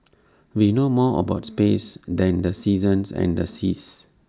we know more about space than the seasons and the seas